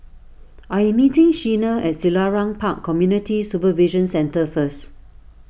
I am meeting Sheena at Selarang Park Community Supervision Centre first